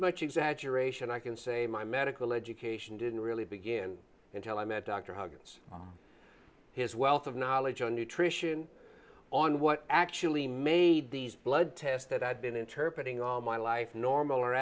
much exaggeration i can say my medical education didn't really begin until i met dr huggins his wealth of knowledge on nutrition on what actually made these blood tests that i'd been interpreting all my life normal or